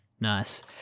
Nice